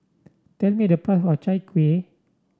tell me the price of Chai Kueh